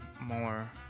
more